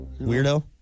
weirdo